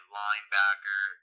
linebacker